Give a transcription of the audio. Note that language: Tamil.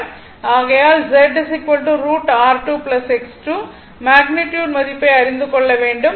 ஆகையால் Z √R2 X2 மேக்னிட்யுட் மதிப்பை அறிந்து கொள்ளவேண்டும்